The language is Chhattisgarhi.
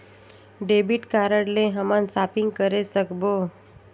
डेबिट कारड ले हमन शॉपिंग करे सकबो?